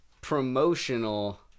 promotional